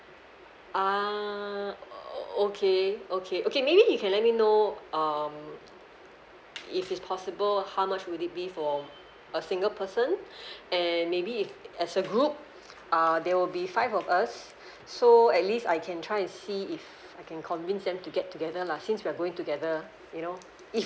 ah o~ okay okay okay maybe you can let me know um if it's possible how much would it be for a single person and maybe if as a group uh there will be five of us so at least I can try and see if I can convince them to get together lah since we are going together you know if